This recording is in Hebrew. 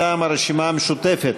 מטעם הרשימה המשותפת.